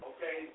Okay